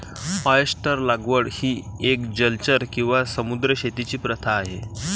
oyster लागवड ही एक जलचर किंवा समुद्री शेतीची प्रथा आहे